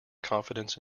confidence